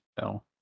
no